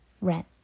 rent